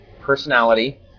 personality